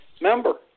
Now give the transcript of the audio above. member